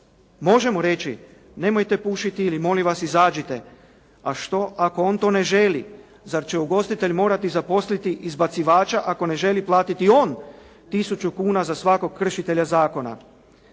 Može mu reći, nemojte pušiti ili molim vas izađite. A što ako on to ne želi. Zar će ugostitelj morati zaposliti izbacivača ako ne želi platiti on tisuću kuna za svakog kršitelja zakona.